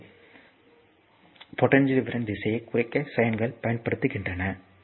எனவே வோல்டேஜ் போலாரிட்டியின் ரெபரென்ஸ் திசையைக் குறிக்க சைன்கள் பயன்படுத்தப்படுகின்றன